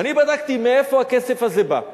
אני בדקתי מאיפה הכסף הזה בא.